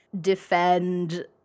defend